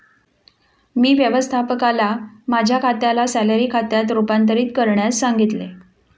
मी व्यवस्थापकाला माझ्या खात्याला सॅलरी खात्यात रूपांतरित करण्यास सांगितले